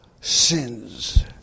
sins